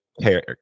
care